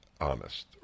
honest